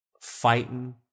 fighting